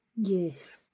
Yes